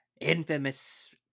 Infamous